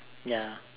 ya